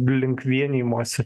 link vienijimosi